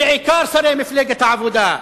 בעיקר שרי מפלגת העבודה.